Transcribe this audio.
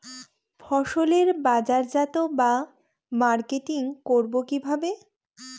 ফসলের বাজারজাত বা মার্কেটিং করব কিভাবে?